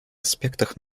аспектах